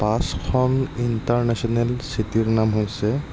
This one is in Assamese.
পাঁচখন ইণ্টাৰনেশ্যেনেল চিটিৰ নাম হৈছে